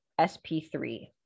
SP3